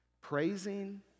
praising